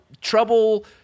trouble